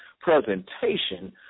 presentation